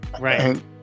Right